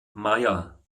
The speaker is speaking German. meier